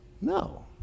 No